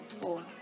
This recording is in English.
four